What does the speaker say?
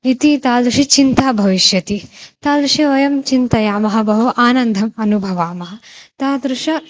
इति तादृशी चिन्ता भविष्यति तादृशं वयं चिन्तयामः बहु आनन्तरम् अनुभवामः तादृशं